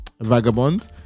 Vagabond